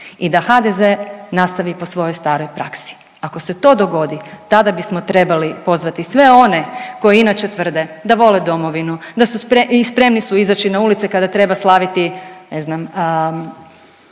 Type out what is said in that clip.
i da HDZ nastavi po svojoj staroj praksi. Ako se to dogodi tada bismo trebali pozvati sve one koji inače tvrde da vole domovinu, da su sprem… i spremni su izaći na ulice kada treba slaviti ne znam